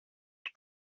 του